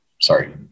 sorry